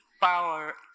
power